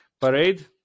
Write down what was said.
parade